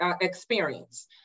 experience